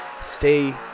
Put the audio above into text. stay